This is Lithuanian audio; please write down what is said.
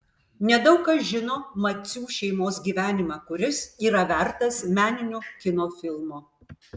nedaug kas žino macių šeimos gyvenimą kuris yra vertas meninio kino filmo